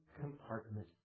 compartment